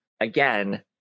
again